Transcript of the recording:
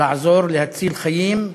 לעזור להציל חיים,